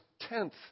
tenth